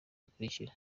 bikurikira